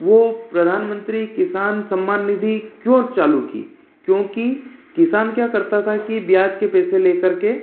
वो प्रधानमंत्री सम्मान किसान निधि क्यों चालू की क्योंकि किसान क्या करता था कि ब्याज के पैसे लेकर के